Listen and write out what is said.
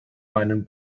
meinen